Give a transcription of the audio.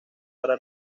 para